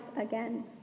again